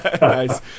Nice